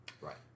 Right